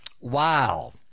Wow